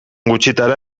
gutxitara